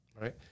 right